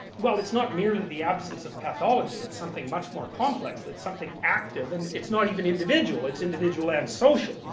well it's not merely the absence of pathology, it's something much more complex. it's something active and it's not even individual, it's individual and social.